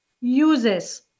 uses